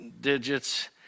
digits